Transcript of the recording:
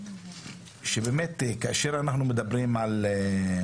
שבאמת כאשר אנחנו מדברים על,